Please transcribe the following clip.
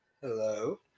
Hello